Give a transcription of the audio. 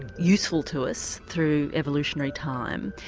useful to us through evolutionary time,